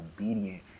obedient